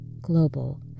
global